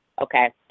Okay